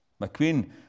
McQueen